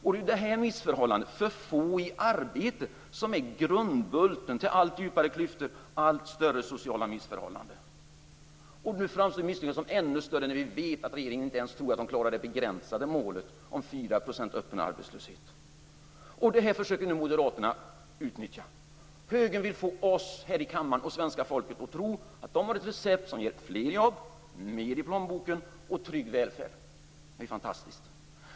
Det är detta missförhållande - för få i arbete - som är grundbulten till de allt djupare klyftorna och de allt större sociala missförhållandena. Nu framstår misslyckandet som ännu större när vi vet att regeringen inte ens tror att vi klarar det begränsade målet om Detta försöker nu Moderaterna utnyttja. Högern vill få oss här i kammaren och svenska folket att tro att de har ett recept som ger fler jobb, mer i plånboken och trygg välfärd. Det är fantastiskt.